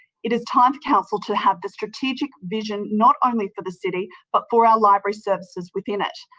it is time for council to have the strategic vision, not only for the city but for our library services within it.